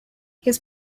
his